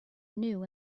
new